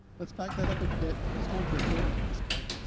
let's back that up a bit. let's go into a building at this point.